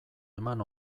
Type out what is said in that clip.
eman